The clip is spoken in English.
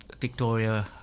Victoria